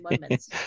moments